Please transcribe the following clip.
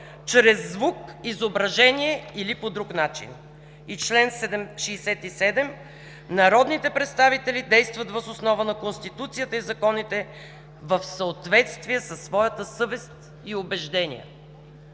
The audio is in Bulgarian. чрез звук, изображение или по друг начин“. И чл. 67: „Народните представители действат въз основа на Конституцията и законите в съответствие със своята съвест и убеждения“.